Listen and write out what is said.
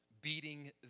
beating